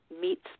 meets